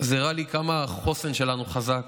זה הראה לי כמה החוסן שלנו חזק,